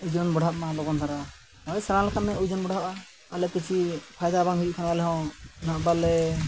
ᱳᱡᱚᱱ ᱵᱟᱲᱦᱟᱜ ᱢᱟ ᱞᱚᱜᱚᱱ ᱫᱷᱟᱨᱟ ᱱᱚᱜᱼᱚᱸᱭ ᱥᱮᱬᱟ ᱞᱮᱠᱷᱟᱱ ᱳᱡᱚᱱ ᱵᱟᱲᱦᱟᱜᱼᱟ ᱟᱞᱮ ᱯᱤᱪᱷᱤ ᱯᱷᱟᱭᱫᱟ ᱵᱟᱝ ᱦᱩᱭᱩᱜ ᱠᱷᱟᱱ ᱟᱞᱮ ᱦᱚᱸ ᱱᱟᱦᱟᱜ ᱵᱟᱞᱮ